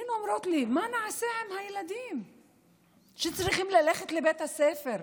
הן אומרות לי: מה נעשה עם הילדים שצריכים ללכת לבית הספר,